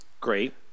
great